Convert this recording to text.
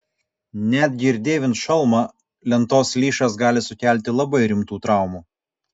netgi ir dėvint šalmą lentos lyšas gali sukelti labai rimtų traumų